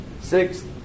six